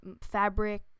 fabric